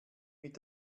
mit